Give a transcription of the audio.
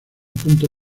punto